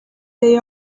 they